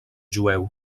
jueu